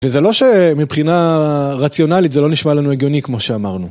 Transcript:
וזה לא שמבחינה רציונלית זה לא נשמע לנו הגיוני כמו שאמרנו.